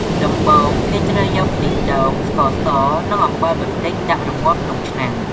ដំបូងគេត្រូវយកខ្ទិះដូង ស្ករស និងអំបិលបន្តិចដាក់រំងាស់ក្នុងឆ្នាំង។